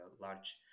large